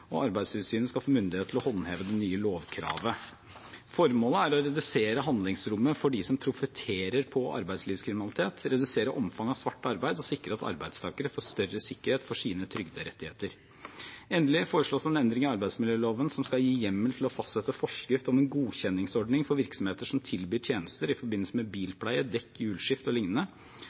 og at Arbeidstilsynet skal få myndighet til å håndheve det nye lovkravet. Formålet er å redusere handlingsrommet for dem som profitterer på arbeidslivskriminalitet, redusere omfanget av svart arbeid og sikre at arbeidstakere får større sikkerhet for sine trygderettigheter. Endelig foreslås det en endring i arbeidsmiljøloven som skal gi hjemmel til å fastsette forskrift om en godkjenningsordning for virksomheter som tilbyr tjenester i forbindelse med bilpleie, dekk- eller hjulskift